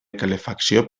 calefacció